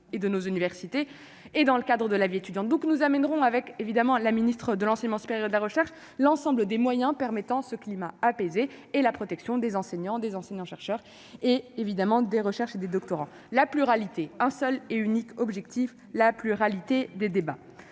et de nos universités et dans le cadre de la vie étudiante, donc nous amèneront, avec évidemment la ministre de l'enseignement supérieur et de la recherche, l'ensemble des moyens permettant ce climat apaisé et la protection des enseignants, des enseignants-chercheurs et évidemment des recherches et des doctorants la pluralité, un seul et unique objectif la pluralité des débats